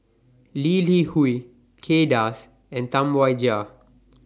Lee Li Hui Kay Das and Tam Wai Jia